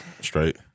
Straight